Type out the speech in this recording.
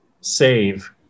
save